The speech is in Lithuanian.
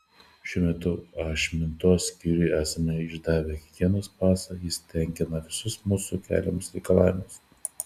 šiuo metu ašmintos skyriui esame išdavę higienos pasą jis tenkina visus mūsų keliamus reikalavimus